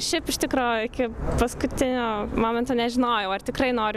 šiaip iš tikro iki paskutinio momento nežinojau ar tikrai noriu